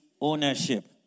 ownership